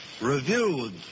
reviewed